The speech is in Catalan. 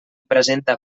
presenta